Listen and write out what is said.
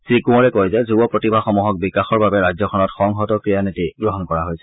শ্ৰী কোঁৱৰে কয় যে যুৱ প্ৰতিভাসমূহক বিকাশৰ বাবে ৰাজ্যখনত সংহত ক্ৰীড়া নীতি গ্ৰহণ কৰা হৈছে